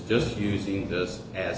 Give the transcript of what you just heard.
just using this as